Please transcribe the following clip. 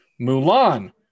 Mulan